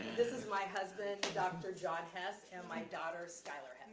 this is my husband, dr. john hess and my daughter, skylar and